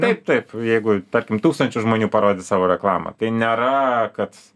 taip taip jeigu tarkim tūkstančiui žmonių parodyt savo reklamą tai nėra kad